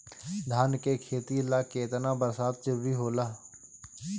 धान के खेती ला केतना बरसात जरूरी होला?